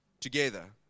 together